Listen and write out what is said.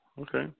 Okay